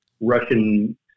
Russian